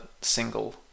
single